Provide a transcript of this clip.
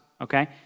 okay